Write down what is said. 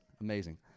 amazing